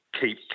keep